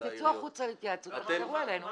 אז תצאו החוצה להתייעצות ותחזרו אלינו.